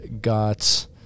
got